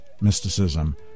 mysticism